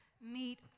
meet